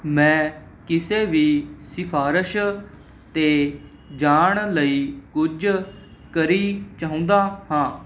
ਮੈਂ ਕਿਸੇ ਵੀ ਸਿਫ਼ਾਰਸ਼ 'ਤੇ ਜਾਣ ਲਈ ਕੁਝ ਕਰੀ ਚਾਹੁੰਦਾ ਹਾਂ